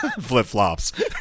Flip-flops